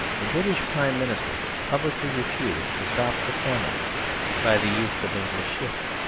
the british prime minister publicly refused to stop the famine by the use of english ships.